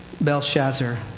Belshazzar